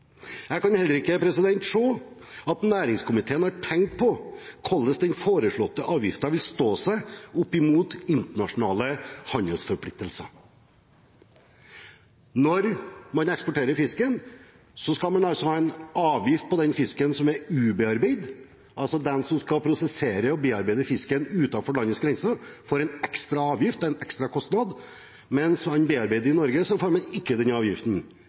Jeg kan heller ikke se at næringskomiteen har tenkt på hvordan den foreslåtte avgiften vil stå seg mot internasjonale handelsforpliktelser. Når man eksporterer fisken, skal man ha en avgift på den fisken som er ubearbeidet, altså får de som skal prosessere og bearbeide fisken utenfor landets grenser, en ekstra avgift, en ekstra kostnad, mens om man bearbeider i Norge, får man ikke den avgiften.